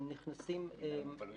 מינהל מוגבלויות.